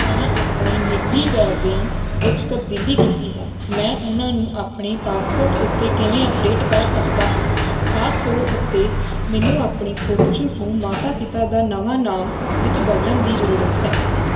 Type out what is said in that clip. ਮੈਂ ਆਪਣੇ ਨਿੱਜੀ ਵੇਰਵਿਆਂ ਵਿੱਚ ਤਬਦੀਲੀ ਕੀਤੀ ਹੈ ਮੈਂ ਉਨ੍ਹਾਂ ਨੂੰ ਆਪਣੇ ਪਾਸਪੋਰਟ ਉੱਤੇ ਕਿਵੇਂ ਅਪਡੇਟ ਕਰ ਸਕਦਾ ਹਾਂ ਖਾਸ ਤੌਰ ਉੱਤੇ ਮੈਨੂੰ ਆਪਣੀ ਫੋਟੋਸ਼ੂਟ ਨੂੰ ਮਾਤਾ ਪਿਤਾ ਦਾ ਨਵਾਂ ਨਾਮ ਵਿੱਚ ਬਦਲਣ ਦੀ ਜ਼ਰੂਰਤ ਹੈ